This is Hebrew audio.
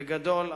בגדול,